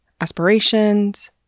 aspirations